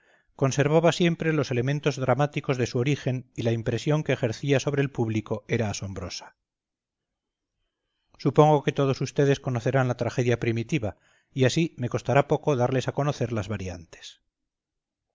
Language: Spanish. conservaba siempre los elementos dramáticos de su origen y la impresión que ejercía sobre el público era asombrosa supongo que todos ustedes conocerán la tragedia primitiva y así me costará poco darles a conocer las variantes